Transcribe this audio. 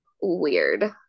weird